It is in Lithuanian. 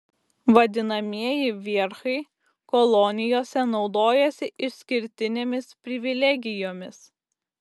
vadinamieji vierchai kolonijose naudojasi išskirtinėmis privilegijomis